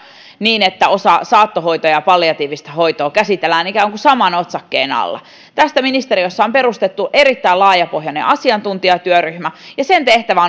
niin että saattohoitoa ja ja palliatiivista hoitoa käsitellään ikään kuin saman otsakkeen alla tästä ministeriössä on perustettu erittäin laajapohjainen asiantuntijatyöryhmä ja sen tehtävä